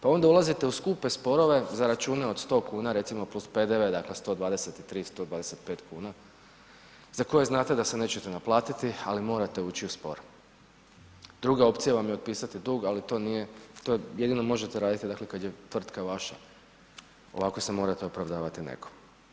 Pa onda ulazite u skupe sporove za račune od 100 kuna recimo plus PDV, dakle 123-125 kuna za koje znate da se nećete naplatiti, ali morate ući u spor, druga opcija vam je otpisati dug ali to nije, to jedino možete raditi dakle kad je tvrtka vaša, ovako se morate opravdavati nekom.